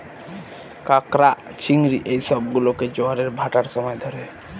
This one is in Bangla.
ক্যাঁকড়া, চিংড়ি এই সব গুলোকে জোয়ারের ভাঁটার সময় ধরে